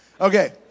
Okay